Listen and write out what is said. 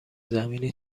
زمینی